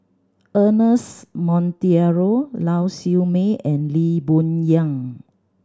Ernest Monteiro Lau Siew Mei and Lee Boon Yang